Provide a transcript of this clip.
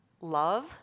love